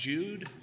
Jude